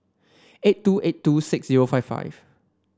eight two eight two six zero five five